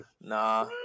nah